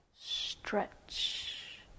stretch